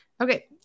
Okay